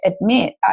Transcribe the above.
admit